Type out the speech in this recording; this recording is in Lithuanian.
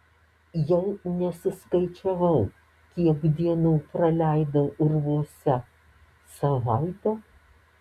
jau nesuskaičiavau kiek dienų praleidau urvuose savaitę